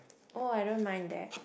oh I don't mind that